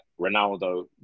Ronaldo